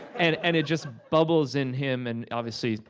and and it just bubbles in him and, obviously,